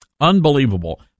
Unbelievable